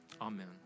Amen